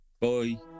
Bye